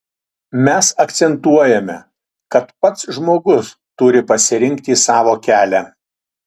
mes akcentuojame kad pats žmogus turi pasirinkti savo kelią